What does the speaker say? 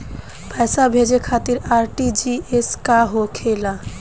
पैसा भेजे खातिर आर.टी.जी.एस का होखेला?